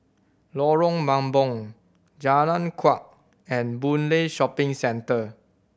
Lorong Mambong Jalan Kuak and Boon Lay Shopping Centre